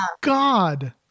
God